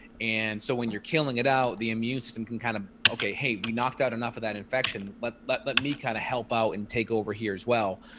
and so when you're killing it out, the immune system can kind of okay, hey, we knocked out enough of that infection. let let but me kind of help out and take over here as well.